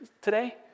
today